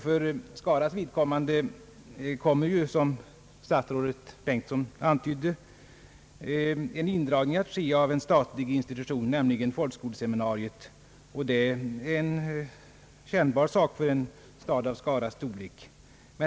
För Skaras vidkommande kommer — som statsrådet Bengtsson antydde — en indragning att ske av en statlig institution, nämligen folkskoleseminariet, vilket självfallet blir kännbart för en stad av Skaras storlek.